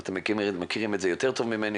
אתם מכירים את זה טוב ממני,